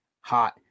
hot